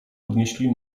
podnieśli